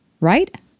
right